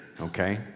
okay